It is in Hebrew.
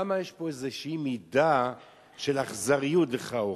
למה יש פה איזושהי מידה של אכזריות, לכאורה?